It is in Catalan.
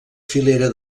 filera